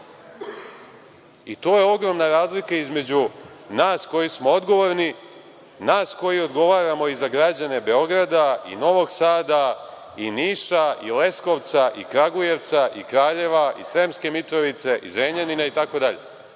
To je ogromna razlika između nas koji smo odgovorni, nas koji odgovaramo i za građane Beograda, Novog Sada, Niša, Leskovca, Kragujevca, Kraljeva, Sremske Mitrovice, Zrenjanina itd.